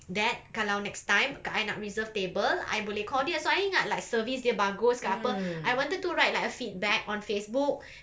that kalau next time I nak reserve table I boleh call dia so I ingat like service dia bagus ke apa I wanted to write like a feedback on Facebook